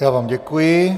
Já vám děkuji.